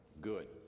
good